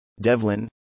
Devlin